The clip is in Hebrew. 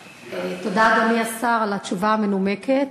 תודה, אדוני השר, על התשובה המנומקת.